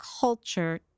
culture